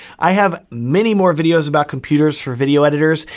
i have many more videos about computers for video editors,